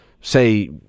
say